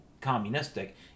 communistic